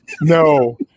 No